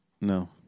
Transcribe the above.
No